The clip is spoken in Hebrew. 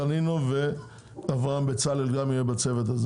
דנינו ואברהם בצלאל גם יהיה בצוות הזה.